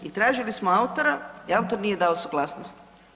I tražili smo autora i autor nije dao suglasnost.